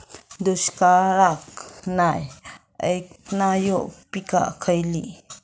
दुष्काळाक नाय ऐकणार्यो पीका खयली?